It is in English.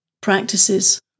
practices